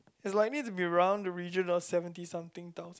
it's likely to be around the regional seventy something thousand